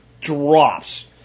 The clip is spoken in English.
drops